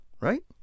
right